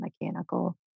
mechanical